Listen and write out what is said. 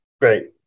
Great